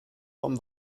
vom